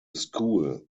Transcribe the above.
school